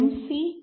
C D